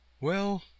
Well